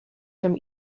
from